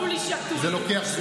זה לוקח זמן.